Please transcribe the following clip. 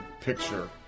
picture